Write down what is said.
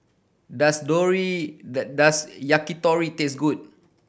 does does Yakitori taste good